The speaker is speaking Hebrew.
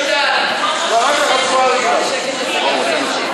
יאללה, שיתחיל.